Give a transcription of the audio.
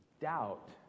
doubt